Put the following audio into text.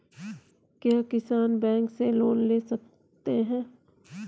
क्या किसान बैंक से लोन ले सकते हैं?